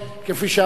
כפי שאמרתי,